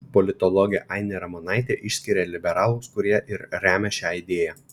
politologė ainė ramonaitė išskiria liberalus kurie ir remia šią idėją